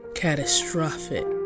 Catastrophic